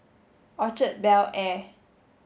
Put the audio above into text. Orchard Bel Air